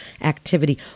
activity